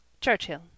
Churchill